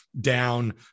down